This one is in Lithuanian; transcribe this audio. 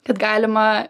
kad galima